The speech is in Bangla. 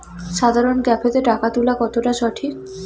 সাধারণ ক্যাফেতে টাকা তুলা কতটা সঠিক?